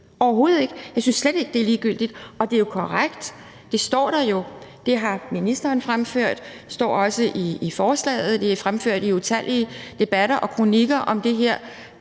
overhovedet ikke. Jeg synes slet ikke, det er ligegyldigt, og det er jo korrekt, at der står – og det har ministeren fremført; det står også i forslaget, og det er fremført i utallige debatter og kronikker om det her